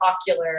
ocular